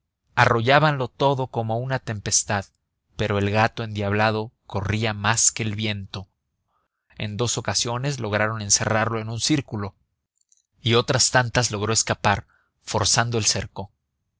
arbustos arrollábanlo todo como una tempestad pero el gato endiablado corría más que el viento en dos ocasiones lograron encerrarlo en un círculo y otras tantas logró escapar forzando el cerco